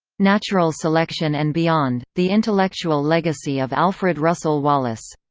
natural selection and beyond the intellectual legacy of alfred russel wallace.